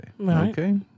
Okay